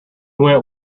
went